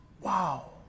Wow